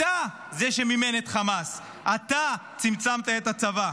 אתה זה שמימן את חמאס, אתה צמצמת את הצבא,